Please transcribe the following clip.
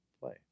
play